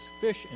fish